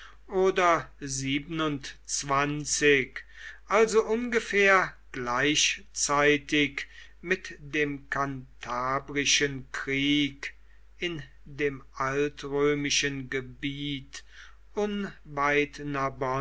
oder also ungefähr gleichzeitig mit dem kantabrischen krieg in dem altrömischen gebiet